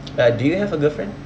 uh do you have a girlfriend